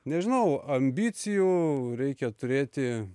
nežinau ambicijų reikia turėti